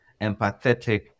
empathetic